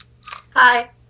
Hi